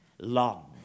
long